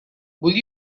will